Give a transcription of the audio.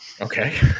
okay